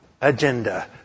agenda